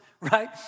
right